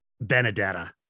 benedetta